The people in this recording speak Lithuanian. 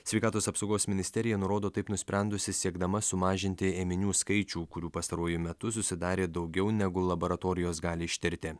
sveikatos apsaugos ministerija nurodo taip nusprendusi siekdama sumažinti ėminių skaičių kurių pastaruoju metu susidarė daugiau negu laboratorijos gali ištirti